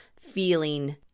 Feeling